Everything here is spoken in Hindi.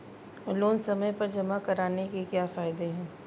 लोंन समय पर जमा कराने के क्या फायदे हैं?